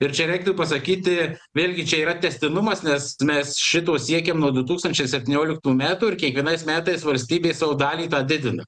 ir čia reiktų pasakyti vėlgi čia yra tęstinumas nes mes šito siekiam nuo du tūkstančiai septynioliktų metų ir kiekvienais metais valstybė savo dalį tą didina